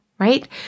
right